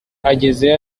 agezeyo